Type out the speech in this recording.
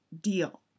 deal